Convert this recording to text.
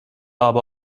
aber